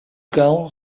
cão